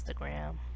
Instagram